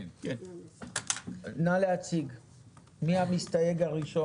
נא להציג בבקשה.